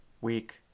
week